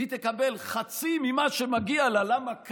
תקבל חצי ממה שמגיע לה, למה?